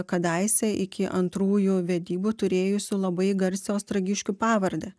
kadaise iki antrųjų vedybų turėjusių labai garsią ostragiškių pavardę